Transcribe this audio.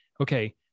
okay